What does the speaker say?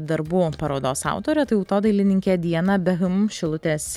darbų parodos autore tautodailininke diana behm šilutės